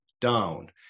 down